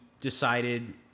decided